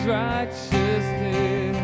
righteousness